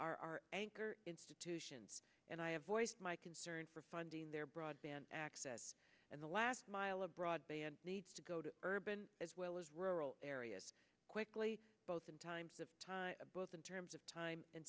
are anchor institutions and i have voiced my concern for funding their broadband access and the last mile of broadband needs to go to urban as well as rural areas quickly both in times of time both in terms of time